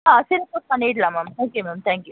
ஆ சிறப்பாக பண்ணிடலாம் ma'am okay ma'am thank you